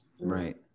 Right